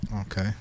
Okay